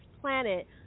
planet